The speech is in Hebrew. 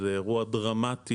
זה אירוע דרמטי,